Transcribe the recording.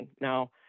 Now